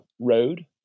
road